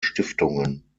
stiftungen